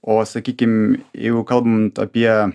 o sakykim jeigu kalbant apie